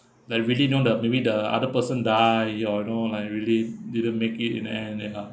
like really know the maybe the other person die ya you know like really didn't make it in the end end up